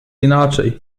inaczej